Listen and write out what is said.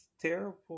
terrible